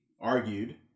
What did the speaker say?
argued